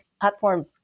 platform